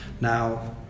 now